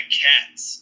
cats